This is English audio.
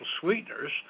sweeteners